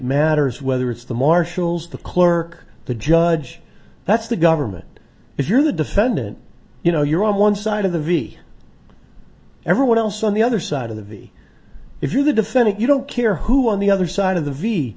matters whether it's the marshals the clerk the judge that's the government if you're the defendant you know you're on one side of the v everyone else on the other side of the v if you're the defendant you don't care who on the other side of the v